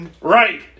Right